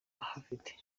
ahafite